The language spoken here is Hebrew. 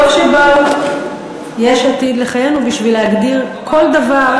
טוב שבאו יש עתיד לחיינו בשביל להגדיר כל דבר,